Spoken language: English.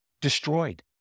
destroyed